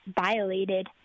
violated